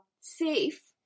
safe